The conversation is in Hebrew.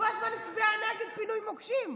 כל הזמן הצביעה נגד פינוי מוקשים.